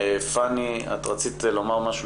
פני, רצית לומר משהו.